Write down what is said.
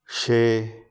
ਛੇ